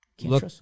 look